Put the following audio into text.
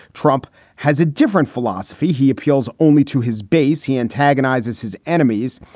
trump has a different philosophy. he appeals only to his base. he antagonizes his enemies.